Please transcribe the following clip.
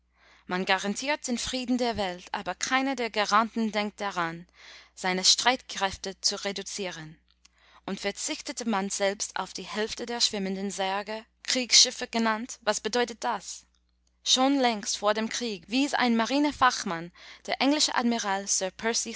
man garantiert den frieden der welt aber keiner der garanten denkt daran seine streitkräfte zu reduzieren und verzichtete man selbst auf die hälfte der schwimmenden särge kriegsschiffe genannt was bedeutete das schon längst vor dem krieg wies ein marinefachmann der